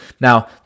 Now